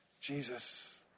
Jesus